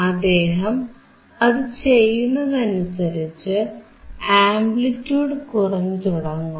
അദ്ദേഹം അതു ചെയ്യുന്നതിനനുസരിച്ച് ആംപ്ലിറ്റിയൂഡ് കുറഞ്ഞുതുടങ്ങും